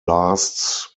lasts